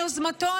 מיוזמתו,